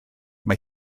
mae